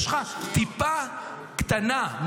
יש לך טיפה קטנה,